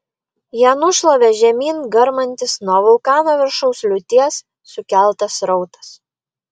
ją nušlavė žemyn garmantis nuo vulkano viršaus liūties sukeltas srautas